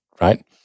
right